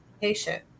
patient